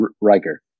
Riker